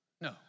No